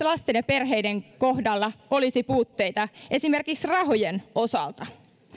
lasten ja perheiden kohdalla olisi puutteita esimerkiksi rahojen osalta